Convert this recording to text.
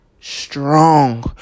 strong